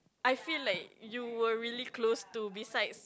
I feel like you were really close to besides